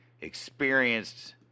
experienced